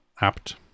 apt